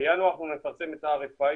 כן, בינואר אנחנו נפרסם את ה-RFI.